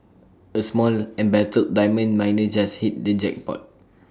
A small embattled diamond miner just hit the jackpot